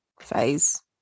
phase